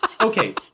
okay